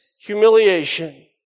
humiliation